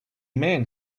man